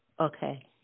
Okay